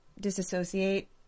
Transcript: disassociate